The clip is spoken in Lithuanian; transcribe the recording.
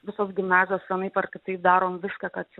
visos gimnazijos vienaip ar kitaip darom viską kad